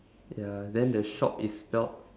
ya then the shop itself